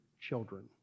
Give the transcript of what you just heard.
children